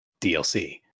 DLC